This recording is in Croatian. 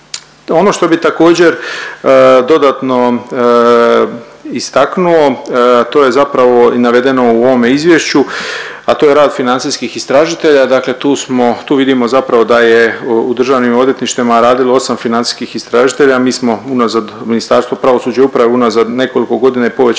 Ono što bih također dodatno istaknuo to je zapravo i navedeno u ovome izvješću, a to je rad financijskih istražitelja. Dakle, tu smo, tu vidimo zapravo da je u državnim odvjetništvima radilo 8 financijskih istražitelja, a mi smo unazad u Ministarstvu pravosuđa i uprave unazad nekoliko godina i povećalo